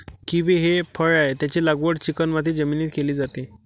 kiwi हे फळ आहे, त्याची लागवड चिकणमाती जमिनीत केली जाते